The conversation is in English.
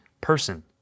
person